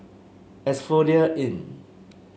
Asphodel Inn